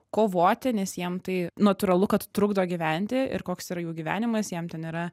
kovoti nes jiem tai natūralu kad trukdo gyventi ir koks yra jų gyvenimas jiem ten yra